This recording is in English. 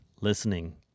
listening